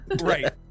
Right